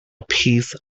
piece